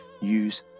use